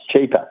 cheaper